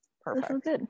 Perfect